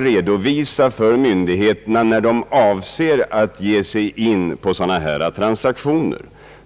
redovisa för myndigheterna när de avser att ge sig in på dylika transaktioner.